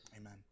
Amen